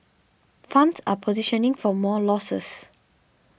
funds are positioning for more losses